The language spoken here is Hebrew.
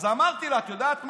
אז אמרתי לה: את יודעת מה,